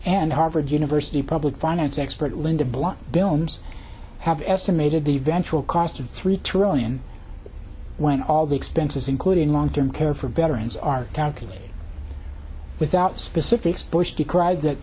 and harvard university public finance expert linda bloch bilmes have estimated the eventual cost of three trillion when all the expenses including long term care for veterans are calculated without specifics